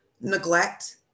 neglect